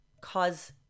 cause